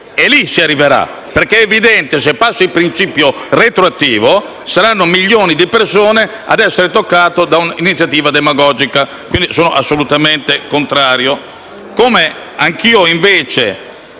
E lì si arriverà, perché è evidente che, se passa il principio retroattivo, milioni di persone saranno toccate da una iniziativa demagogica. Sono quindi a ciò assolutamente contrario.